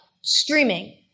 streaming